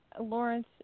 Lawrence